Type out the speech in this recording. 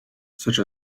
such